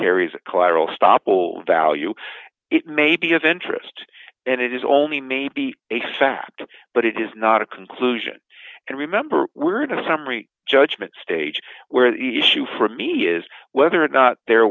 carries a collateral stoppel value it may be of interest and it is only may be a fact but it is not a conclusion and remember we're in a summary judgment stage where the issue for me is whether or not there